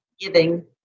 giving